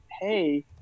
Hey